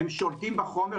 הם שולטים בחומר,